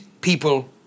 people